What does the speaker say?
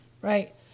right